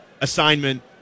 assignment